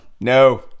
No